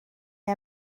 neu